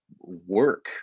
work